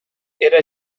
era